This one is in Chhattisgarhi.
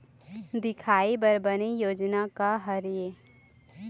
दिखाही बर बने योजना का हर हे?